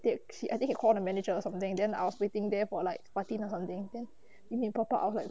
then she I think she call the manager or something then I was waiting there for like martin or something then min min pop out I was like